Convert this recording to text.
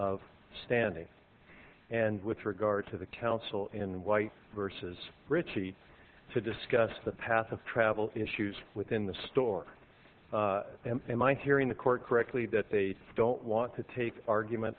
of standing and with regard to the council in white versus richie to discuss the path of travel issues within the store and my hearing the court correctly that they don't want to take argument